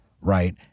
Right